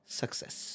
success